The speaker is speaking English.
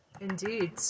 indeed